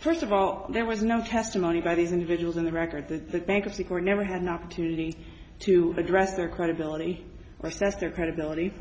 first of all there was no testimony by these individuals in the record that the bankruptcy court never had an opportunity to address their credibility westchester credibility